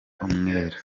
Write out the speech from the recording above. umwera